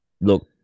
Look